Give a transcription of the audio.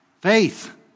Faith